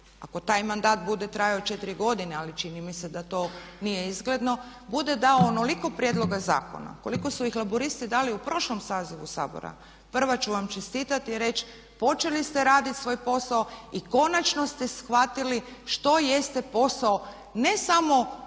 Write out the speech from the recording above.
ako taj mandat bude trajao 4 godine, ali čini mi se da to nije izgledno bude dao onoliko prijedloga zakona koliko su ih Laburisti dali u prošlom sazivu Sabora prva ću vam čestitati i reći počeli ste raditi svoj posao i konačno ste shvatili što jeste posao ne samo političke